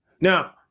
Now